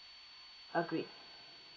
oh great